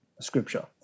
Scripture